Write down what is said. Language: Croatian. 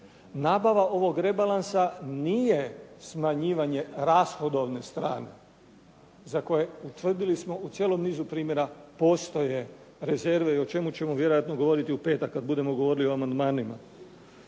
Nabava ovog rebalansa nije smanjivanje rashodovne strane za koje utvrdili smo u cijelom nizu primjera postoje rezerve i o čemu ćemo vjerojatno govoriti u petak kad budemo govorili o amandmanima.